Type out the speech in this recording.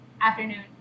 afternoon